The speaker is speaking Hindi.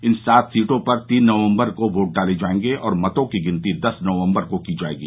इन सात सीटों पर तीन नवम्बर को वोट डाले जायेंगे और मतों की गिनती दस नवम्बर को की जायेगी